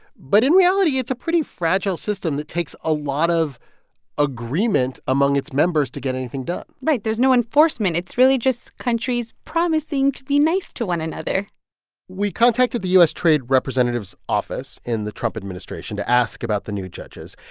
but in reality, it's a pretty fragile system that takes a lot of agreement among its members to get anything done right. there's no enforcement. it's really just countries promising to be nice to one another we contacted the u s. trade representative's office in the trump administration to ask about the new judges.